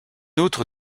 autre